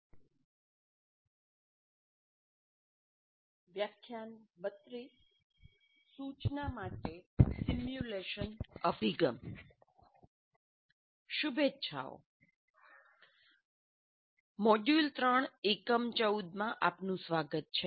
શુભેચ્છાઓ મોડ્યુલ 3 એકમ ૧૪ માં આપનું સ્વાગત છે